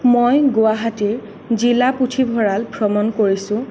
মই গুৱাহাটীৰ জিলা পুথিভঁৰাল ভ্ৰমণ কৰিছোঁ